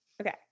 Okay